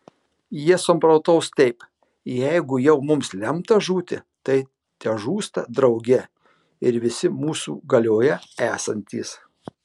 jie samprotaus taip jeigu jau mums lemta žūti tai težūsta drauge ir visi mūsų galioje esantys